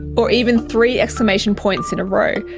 or even three exclamation points in a row.